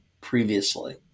previously